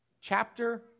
chapter